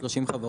30 חברות.